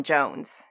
Jones